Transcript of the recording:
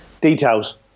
Details